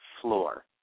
floor